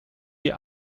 die